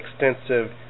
extensive